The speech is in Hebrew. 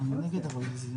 שמחנו לארח אתכם אצלנו,